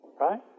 Right